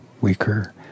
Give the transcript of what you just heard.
weaker